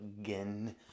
Again